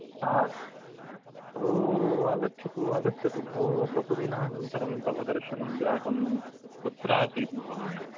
हा ओ आगच्छतु आगच्छतु भो बहु दिनानन्तरं तव दर्शनं जातं कुत्र आसीत् भवान्